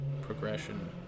progression